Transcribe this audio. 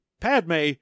Padme